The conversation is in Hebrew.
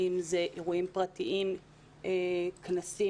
אם אלה אירועים פרטיים, כנסים